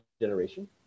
generation